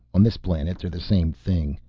on this planet they're the same thing.